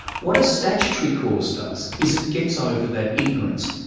what a statutory cause does is it gets over that ignorance.